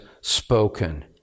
spoken